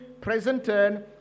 presented